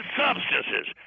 substances